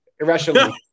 irrationally